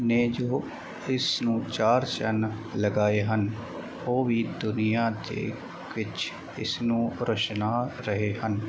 ਨੇ ਜੋ ਇਸਨੂੰ ਚਾਰ ਚੰਨ ਲਗਾਏ ਹਨ ਉਹ ਵੀ ਦੁਨੀਆਂ ਦੇ ਵਿੱਚ ਇਸਨੂੰ ਰੁਸ਼ਨਾ ਰਹੇ ਹਨ